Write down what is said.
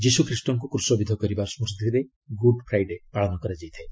ଯୀଶୁଖ୍ରୀଷ୍ଟଙ୍କୁ କ୍ରଶବିଦ୍ଧ କରିବାର ସ୍କୁତିରେ ଗୁଡ୍ ଫ୍ରାଇଡେ ପାଳନ କରାଯାଇଥାଏ